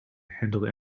handle